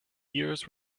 ears